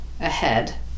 ahead